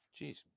Jeez